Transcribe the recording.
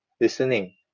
listening